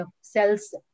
cells